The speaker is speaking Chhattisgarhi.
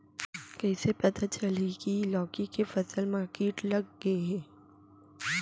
कइसे पता चलही की लौकी के फसल मा किट लग गे हे?